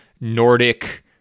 Nordic